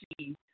see